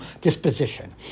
disposition